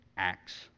Acts